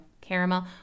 Caramel